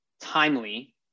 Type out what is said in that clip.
timely